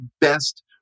best